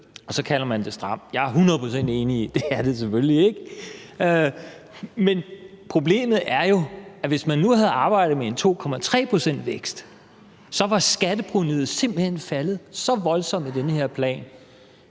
og så kalder man det stramt. Jeg er hundrede procent enig i, at det er det selvfølgelig ikke. Men problemet er jo, at hvis man nu havde arbejdet med en 2,3-procentsvækst, var skatteprovenuet simpelt hen faldet så voldsomt med den her plan,